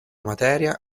materia